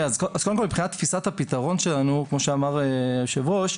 מבחינת תפיסת הפתרון שלנו כמו שאמר היו"ר,